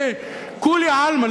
שכולי עלמא,